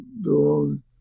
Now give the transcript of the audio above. belong